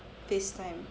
facetime